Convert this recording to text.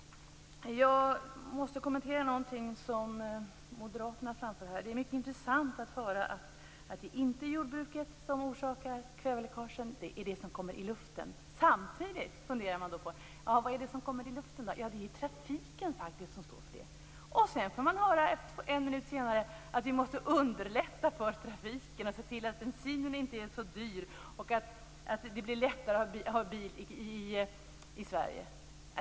Jag måste kommentera något av det som moderaterna framför här. Det är mycket intressant att höra att det inte är jordbruket utan det som finns i luften som orsakar kväveläckagen. Samtidigt funderar man: Vad är det som finns i luften? Jo, det är faktiskt trafiken som står för luftföroreningarna. En minut senare får man höra att vi måste underlätta för trafiken, se till att bensinen inte är så dyr och göra det lättare att ha bil i Sverige.